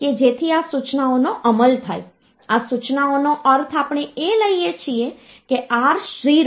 અહીં એક અંક આ પોઇન્ટ ના અંક કરતાં વધુ મહત્વપૂર્ણ છે અને તે તેના ઘાત થી ચાલે છે